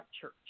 church